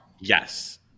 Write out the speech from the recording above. Yes